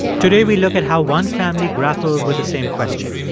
today, we look at how one family grappled with the same question.